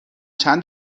چند